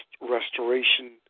restoration